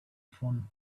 phone